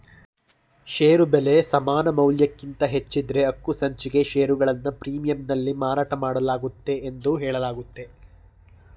ಷೇರು ಬೆಲೆ ಸಮಾನಮೌಲ್ಯಕ್ಕಿಂತ ಹೆಚ್ಚಿದ್ದ್ರೆ ಹಕ್ಕುಸಂಚಿಕೆ ಷೇರುಗಳನ್ನ ಪ್ರೀಮಿಯಂನಲ್ಲಿ ಮಾರಾಟಮಾಡಲಾಗುತ್ತೆ ಎಂದು ಹೇಳಲಾಗುತ್ತೆ